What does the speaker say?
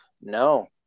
No